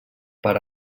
per